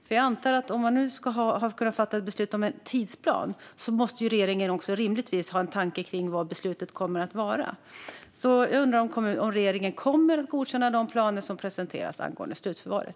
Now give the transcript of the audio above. Om regeringen ska kunna fatta beslut om en tidsplan måste man rimligtvis ha en tanke om vad beslutet kommer att bli. Jag undrar alltså om regeringen kommer att godkänna de planer som presenterats angående slutförvaret.